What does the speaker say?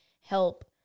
help